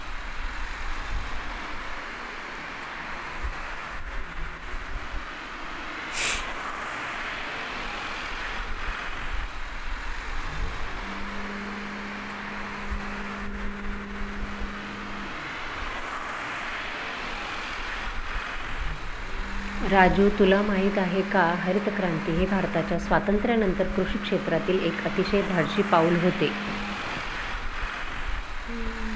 राजू तुला माहित आहे का हरितक्रांती हे भारताच्या स्वातंत्र्यानंतर कृषी क्षेत्रातील एक अतिशय धाडसी पाऊल होते